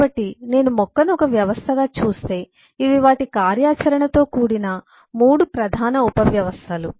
కాబట్టి నేను మొక్కను ఒక వ్యవస్థగా చూస్తే ఇవి వాటి కార్యాచరణతో కూడిన 3 ప్రధాన ఉపవ్యవస్థలు